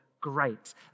great